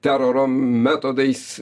teroro metodais